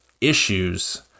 issues